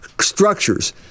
structures